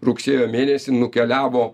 rugsėjo mėnesį nukeliavo